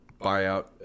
buyout